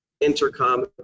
intercom